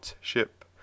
ship